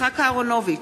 יצחק אהרונוביץ,